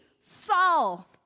Saul